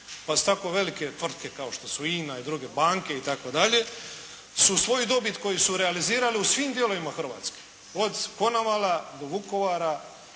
Pa su tako velike tvrtke kao što su INA i druge banke itd. su svoju dobit koju su realizirale u svim dijelovima Hrvatske od Konavala do Vukovara